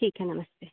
ठीक है नमस्ते